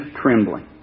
trembling